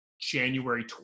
January